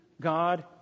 God